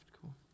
cool